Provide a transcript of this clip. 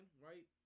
right